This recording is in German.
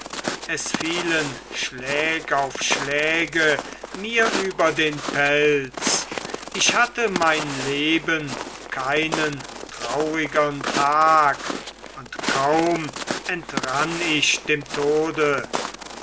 es fielen schläg auf schläge mir über den pelz ich hatte mein leben keinen traurigern tag und kaum entrann ich dem tode